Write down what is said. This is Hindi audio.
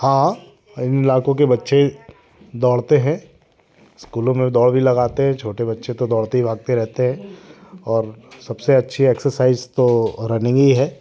हाँ लाखों के बच्चे दौड़ते हैं स्कूलों में दौड़ भी लगाते छोटे बच्चे तो दौड़ते ही भागते रहते हैं और सबसे अच्छी एक्सरसाइज तो रनिंग ही है